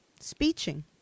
Speeching